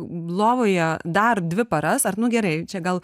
lovoje dar dvi paras ar nu gerai čia gal